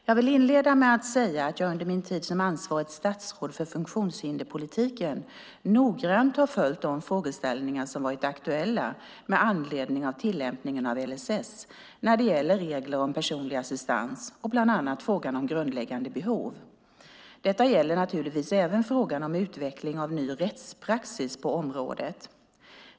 Jag vill inleda med att säga att jag under min tid som ansvarigt statsråd för funktionshinderpolitiken noggrant har följt de frågeställningar som varit aktuella med anledning av tillämpningen av LSS när det gäller regler om personlig assistans och bland annat frågan om grundläggande behov. Detta gäller naturligtvis även frågan om utveckling av ny rättspraxis på området.